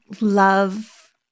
love